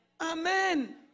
Amen